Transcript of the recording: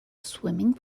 swimming